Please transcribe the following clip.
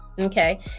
Okay